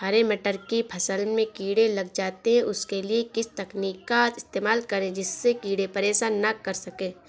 हरे मटर की फसल में कीड़े लग जाते हैं उसके लिए किस तकनीक का इस्तेमाल करें जिससे कीड़े परेशान ना कर सके?